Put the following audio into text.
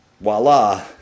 voila